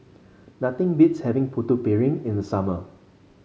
nothing beats having Putu Piring in the summer